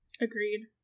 Agreed